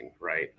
right